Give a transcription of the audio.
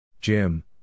Jim